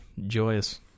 joyous